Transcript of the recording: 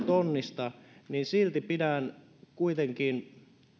tonnista niin silti pidän kuitenkin